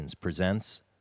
presents